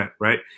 right